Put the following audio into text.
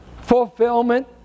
fulfillment